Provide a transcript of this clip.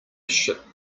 ship